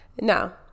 Now